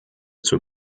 zur